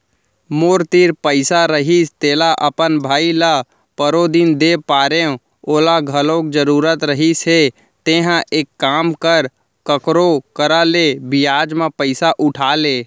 मोर तीर पइसा रहिस तेला अपन भाई ल परोदिन दे परेव ओला घलौ जरूरत रहिस हे तेंहा एक काम कर कखरो करा ले बियाज म पइसा उठा ले